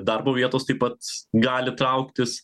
darbo vietos tai pat gali trauktis